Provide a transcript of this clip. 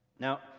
Now